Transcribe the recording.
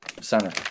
center